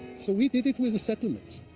so we did it with the settlements,